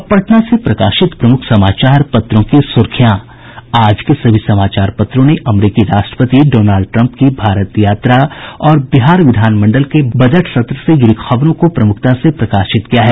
अब पटना से प्रकाशित प्रमुख समाचार पत्रों की सुर्खियां आज के सभी समाचार पत्रों ने अमेरिकी राष्ट्रपति डोनाल्ड ट्रंप की भारत यात्रा और विधानमंडल के बजट सत्र से जुड़ी खबरों को प्रमूखता से प्रकाशित किया है